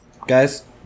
Guys